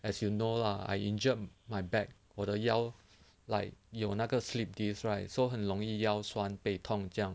as you know lah I injured my back 我的腰 like 有那个 slipped disk right so 很容易腰酸背痛这样